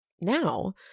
Now